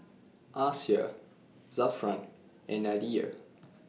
Aisyah Zafran and Nadia